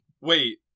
wait